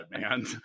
man